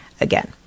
again